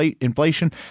inflation